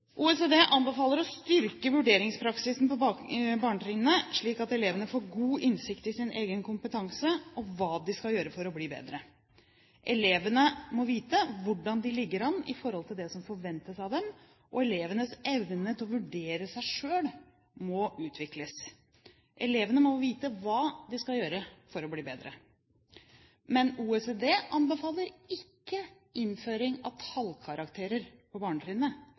OECD anbefaler å styrke vurderingspraksisen på barnetrinnet, slik at elevene får god innsikt i sin egen kompetanse og i hva de skal gjøre for å bli bedre. Elevene må vite hvordan de ligger an i forhold til det som forventes av dem, og elevenes evne til å vurdere seg selv må utvikles. Elevene må vite hva de skal gjøre for å bli bedre. OECD anbefaler ikke innføring av tallkarakterer på barnetrinnet.